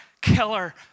killer